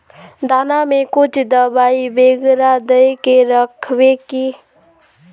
दाना में कुछ दबाई बेगरा दय के राखबे की?